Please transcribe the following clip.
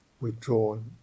withdrawn